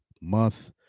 Month